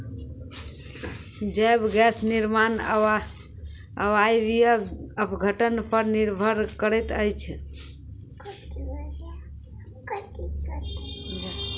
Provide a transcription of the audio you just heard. जैव गैस निर्माण अवायवीय अपघटन पर निर्भर करैत अछि